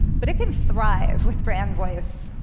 but it can thrive with brand voice.